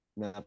na